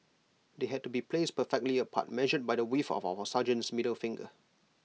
they had to be placed perfectly apart measured by the width of our sergeants middle finger